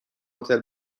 هتل